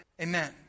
Amen